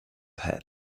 had